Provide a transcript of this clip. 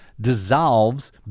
dissolves